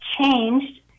changed